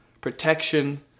Protection